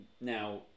Now